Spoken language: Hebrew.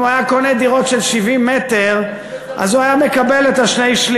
אם הוא היה קונה דירות של 70 מ"ר הוא היה מקבל שני-שלישים.